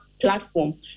platform